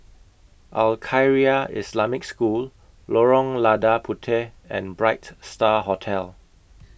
Al Khairiah Islamic School Lorong Lada Puteh and Bright STAR Hotel